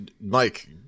mike